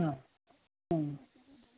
હ હ